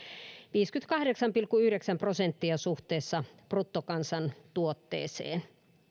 viisikymmentäkahdeksan pilkku yhdeksän prosenttia suhteessa bruttokansantuotteeseen